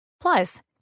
Plus